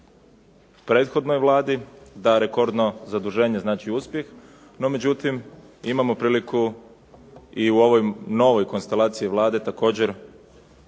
prethodnoj Vladi da rekordno zaduženje znači uspjeh, no međutim imamo priliku i u ovoj novoj konstelaciji Vlade također